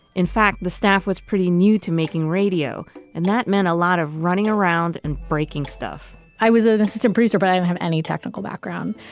in fact, the staff was pretty new to making radio and that meant a lot of running around and breaking stuff i was an assistant professor, but i don't have any technical background.